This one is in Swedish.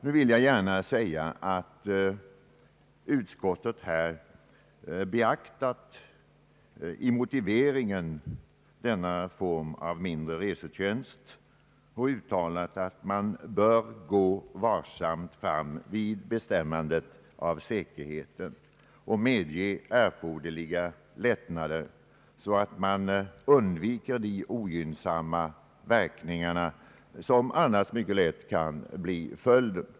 Jag vill gärna säga att utskottet i motiveringen beaktat denna form av mindre resetjänst och uttalat att man bör gå varsamt fram vid bestämmandet av säkerheten samt medge erforderliga lättnader så att man undviker de ogynnsamma verkningar som annars lätt kan bli följden.